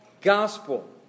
gospel